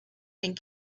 and